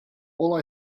all